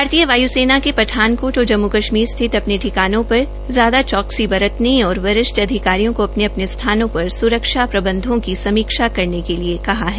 भारतीय वाय्सेना के पठानकोट और जम्मू कश्मीर स्थित अपने ठिकानों पर ज्यादा चौकसी बरतने और वरिष्ठ अधिकारियों को अपने अपने स्थानों पर सुरक्षा प्रबंधों की समीक्षा करने के लिए कहा है